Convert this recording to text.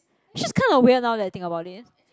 which is kind of weird now that I think about it